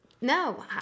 no